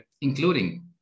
including